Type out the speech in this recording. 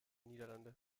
niederlande